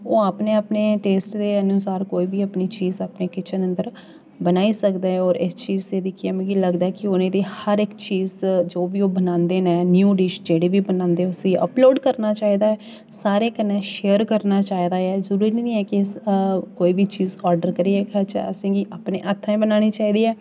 उ'आं अपने अपने टेस्ट दे अनुसार कोई बी अपनी चीज अपने किचन अंदर बनाई सकदा ऐ होर इस चीज़ दी दिक्खियै मिगी लगदा ऐ कि उ'नें गी हर इक चीज़ जो बी ओह् बनांदे न न्यू डिश जेह्ड़े बी बनांदे उसी अपलोड करना चाहिदा ऐ सारें कन्नै शेयर करना चाहिदा ऐ जरूरी नेईं ऐ कि कोई बी चीज़ आडर करियै गै लैचै असेंगी अपनें हत्थें बनानी चाहिदी ऐ